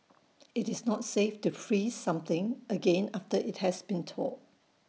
IT is not safe to freeze something again after IT has been thawed